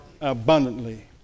abundantly